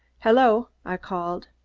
hello, i called.